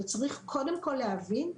אבל צריך קודם כל להבין,